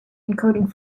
encoding